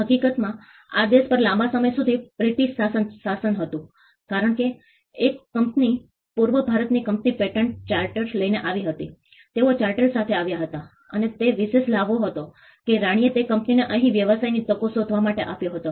હકીકતમાં આ દેશ પર લાંબા સમય સુધી બ્રિટિશ શાસન હતું કારણ કે 1 કંપની પૂર્વ ભારતની કંપની પેટન્ટ ચાર્ટર લઈને આવી હતી તેઓ ચાર્ટર સાથે આવ્યા હતા અને તે એક વિશિષ્ટ લહાવો હતો કે રાણીએ તે કંપનીને અહીં વ્યવસાયની તકો શોધવા માટે આપ્યો હતો